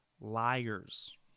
liars